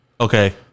okay